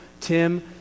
Tim